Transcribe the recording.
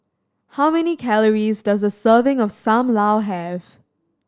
how many calories does a serving of Sam Lau have